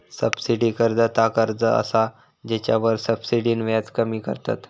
subsidy कर्ज ता कर्ज असा जेच्यावर सब्सिडीन व्याज कमी करतत